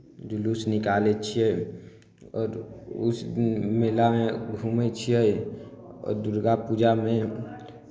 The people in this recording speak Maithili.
जुलूस निकालै छियै आओर उस मेलामे घूमै छियै आओर दुर्गा पूजामे